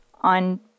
on